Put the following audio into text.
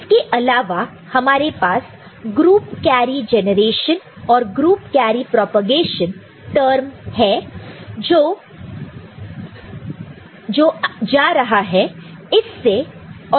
इसके अलावा हमारे पास ग्रुप कैरी जेनरेशन और ग्रुप कैरी प्रोपेगेशन टर्म है जो चेहरे को रहा है इससे और जो कि उपयोगी है